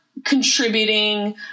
contributing